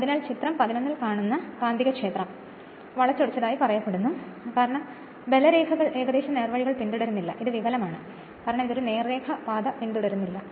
അതിനാൽ ചിത്രം 11 ൽ കാണുന്ന കാന്തികക്ഷേത്രം വളച്ചൊടിച്ചതായി പറയപ്പെടുന്നു കാരണം ബലരേഖകൾ ഏകദേശം നേർവഴികൾ പിന്തുടരുന്നില്ല ഇത് വികലമാണ് കാരണം ഇത് ഒരു നേർരേഖ പാത പിന്തുടരുന്നില്ല